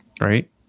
right